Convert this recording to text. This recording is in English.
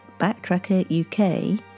BacktrackerUK